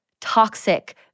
toxic